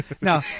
No